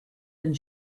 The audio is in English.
and